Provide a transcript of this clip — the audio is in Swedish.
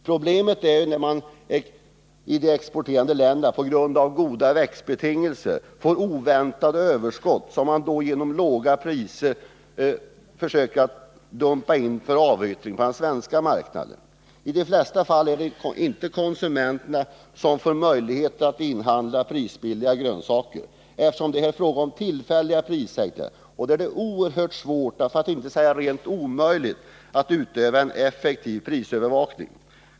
Problemet uppstår när man i de exporterande länderna på grund av goda växtbetingelser får oväntade överskott, som man då genom låga priser — genom dumpning — försöker avyttra på den svenska marknaden. I de flesta fall är det inte konsumenterna som får möjligheter att inhandla prisbilliga grönsaker. Eftersom det här är fråga om tillfälliga prissänkningar är det oerhört svårt, för att inte säga omöjligt, att utöva en effektiv prisövervakning.